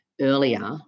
earlier